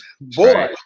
Boy